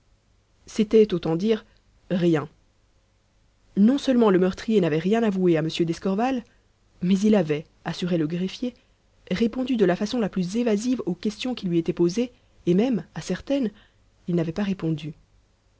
c'était autant dire rien non-seulement le meurtrier n'avait rien avoué à m d'escorval mais il avait assurait le greffier répondu de la façon la plus évasive aux questions qui lui étaient posées et même à certaines il n'avait pas répondu